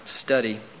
study